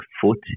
foot